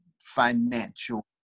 financial